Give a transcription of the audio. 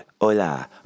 hola